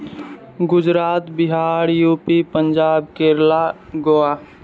Gujarat Bihar UP Punjab Kerala Goa